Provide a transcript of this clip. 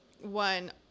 one